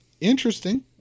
interesting